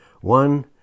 One